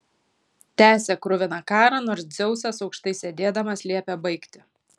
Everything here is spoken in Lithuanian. tęsė kruviną karą nors dzeusas aukštai sėdėdamas liepė baigti